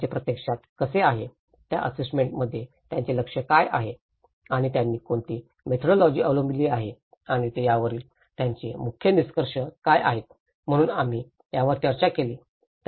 त्यांचे प्रत्यक्षात कसे आहे त्या आस्सेसमेंटनात त्यांचे लक्ष काय आहे आणि त्यांनी कोणती मेथोडॉलॉजी अवलंबली आहे आणि त्यावरील त्यांचे मुख्य निष्कर्ष काय आहेत म्हणून आम्ही यावर चर्चा केली